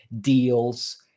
deals